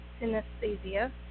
synesthesia